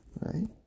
Right